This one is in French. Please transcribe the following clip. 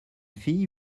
fille